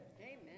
Amen